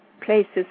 places